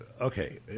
Okay